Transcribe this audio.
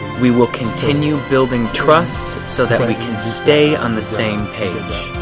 we will continue building trust so that we can stay on the same page.